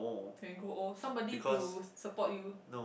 can grow old somebody to support you